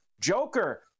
Joker